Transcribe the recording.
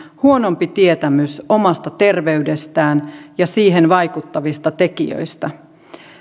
huonompi tietämys omasta terveydestään ja siihen vaikuttavista tekijöistä